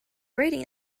rating